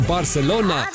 Barcelona